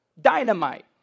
Dynamite